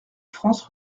france